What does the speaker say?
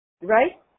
Right